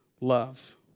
love